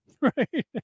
Right